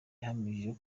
yahamije